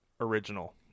Original